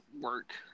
work